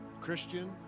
Christian